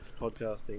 podcasting